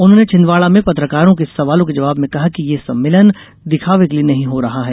उन्होंने छिंदवाड़ा में पत्रकारों के सवालों के जवाब में कहा कि यह समिट दिखावे के लिए नहीं हो रही है